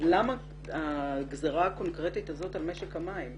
למה הגזרה הקונקרטית הזאת על משק המים?